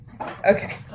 okay